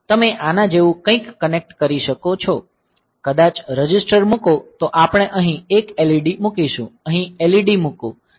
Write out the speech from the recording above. તમે આના જેવું કંઈક કનેક્ટ કરી શકો છો કદાચ રજિસ્ટર મુકો તો આપણે અહી 1 LED મુકીશું અહી LED મુકો